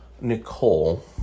Nicole